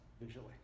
visually